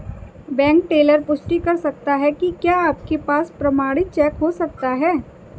Bank teller पुष्टि कर सकता है कि क्या आपके पास प्रमाणित चेक हो सकता है?